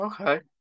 okay